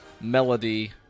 melody